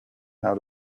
how